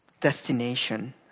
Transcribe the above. destination